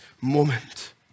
moment